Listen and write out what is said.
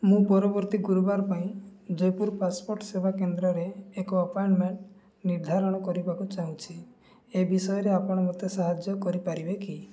ମୁଁ ପରବର୍ତ୍ତୀ ଗୁରୁବାର ପାଇଁ ଜୟପୁର ପାସପୋର୍ଟ ସେବା କେନ୍ଦ୍ରରେ ଏକ ଆପଏଣ୍ଟମେଣ୍ଟ ନିର୍ଦ୍ଧାରଣ କରିବାକୁ ଚାହୁଁଛି ଏ ବିଷୟରେ ଆପଣ ମୋତେ ସାହାଯ୍ୟ କରିପାରିବେ କି